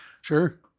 Sure